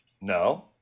No